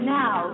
now